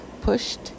pushed